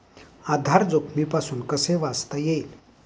आधार जोखमीपासून कसे वाचता येईल?